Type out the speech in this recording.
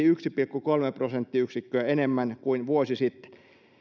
yksi pilkku kolme prosenttiyksikköä enemmän kuin vuosi sitten